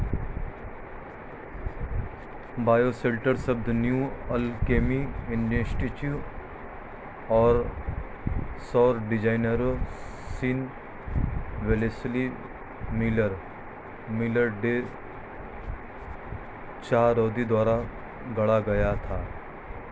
bioshelter शब्द New Alchemy Institute और सौर डिजाइनरों Sean Wellesley Miller, Day Chahroudi द्वारा गढ़ा गया था